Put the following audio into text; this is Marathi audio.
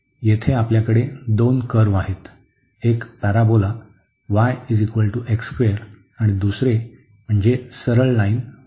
येथे आपल्याकडे दोन कर्व्ह आहेत एक पॅराबोला आणि दुसरे म्हणजे सरळ लाईन y x आहे